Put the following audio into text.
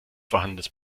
vorhandenes